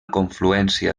confluència